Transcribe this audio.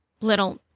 little